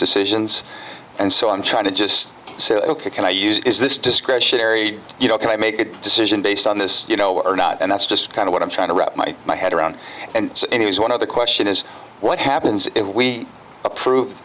decisions and so i'm trying to just say ok can i use is this discretionary you know can i make a decision based on this you know or not and that's just kind of what i'm trying to wrap my head around and any is one of the question is what happens if we approve